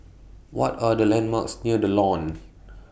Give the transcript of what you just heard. What Are The landmarks near The Lawn